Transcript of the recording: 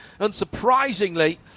unsurprisingly